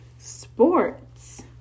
Sports